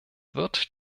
wird